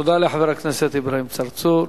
תודה לחבר הכנסת אברהים צרצור.